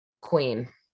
queen